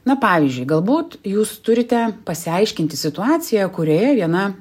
na pavyzdžiui galbūt jūs turite pasiaiškinti situaciją kurioje viena